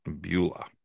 Beulah